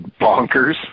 bonkers